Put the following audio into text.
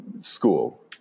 school